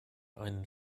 einen